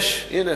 הנה,